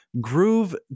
Groove